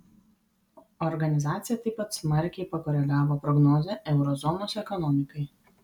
organizacija taip pat smarkiai pakoregavo prognozę euro zonos ekonomikai